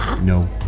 No